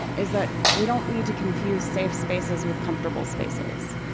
is that we don't need to confuse safe spaces with comfortable spaces.